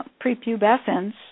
prepubescence